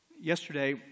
Yesterday